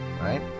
right